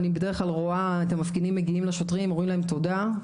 ואני בדרך כלל רואה את המפגינים מגיעים לשוטרים ואומרים להם תודה,